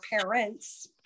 parents